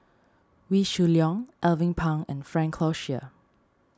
Wee Shoo Leong Alvin Pang and Frank Cloutier